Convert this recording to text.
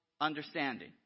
understanding